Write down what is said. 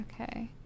Okay